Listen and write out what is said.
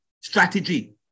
strategy